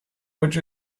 which